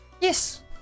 Yes